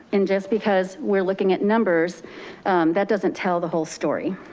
and just because we're looking at numbers that doesn't tell the whole story